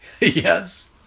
Yes